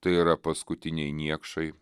tai yra paskutiniai niekšai